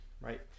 right